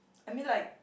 I mean like